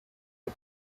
you